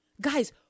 Guys